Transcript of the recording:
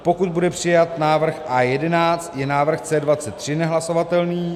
pokud bude přijat návrh A11, je návrh C23 nehlasovatelný